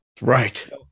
Right